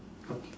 okay